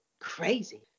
crazy